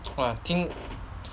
!wah! 听